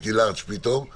אני חייבת להודות,